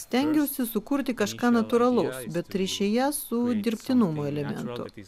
stengiausi sukurti kažką natūralaus bet ryšyje su dirbtinumo elementu